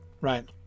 right